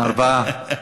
ארבעה.